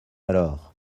alors